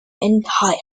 entirety